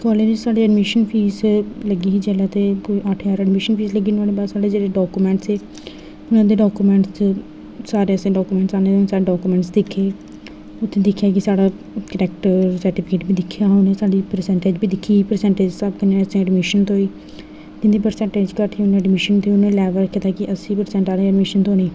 college च साढ़ी admission fees लग्गी ही जेह्लै ते कोई अट्ठ ज्हार एडमिशन फीस ही लेकिन नुआढ़े बाद जेह्ड़े डाकूमैंटस हे साढे सारे डाकूमैंटस दिक्खे केह् साढ़ा करैक्टर सर्टीफिकेट बी दिक्खेआ साढ़ी प्रसैंटेज बी दिक्खी प्रसैंटेज दे साह्ब कन्नै असेंगी एडमिशन थोह्ही जिंदी प्रसैंटेज कट्ट ही उं'दी एडमिशन लैबल दिक्खियै कि अस्सी प्रसैंटेज आह्ले गी एडमिशन थोह्नी